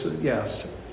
Yes